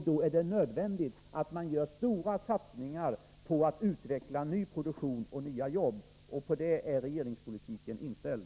Då är det nödvändigt att man gör stora satsningar på att utveckla ny produktion och nya jobb, och på det är regeringspolitiken inställd.